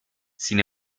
sin